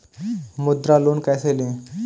मुद्रा लोन कैसे ले?